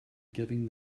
giving